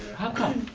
how come?